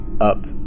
up